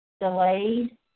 delayed